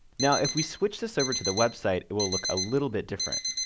now if we switch the server to the website, it will look a little bit different.